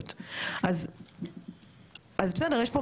יש פה בעיה רצינית של התראות,